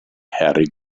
harry